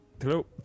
Hello